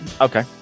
Okay